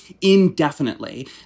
indefinitely